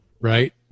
right